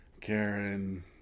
Karen